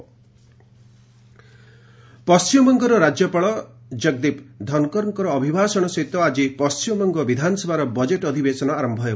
ଡବୁବି budget ପଶ୍ଚିମବଙ୍ଗର ରାଜ୍ୟପାଳ ଜଗଦୀପ ଧନକରଙ୍କ ଅଭିଭାଷଣ ସହିତ ଆଜି ପଶ୍ଚିମବଙ୍ଗ ବିଧାନସଭାର ବଜେଟ୍ ଅଧିବେଶନ ଆରମ୍ଭ ହେବ